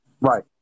Right